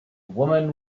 woman